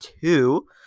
two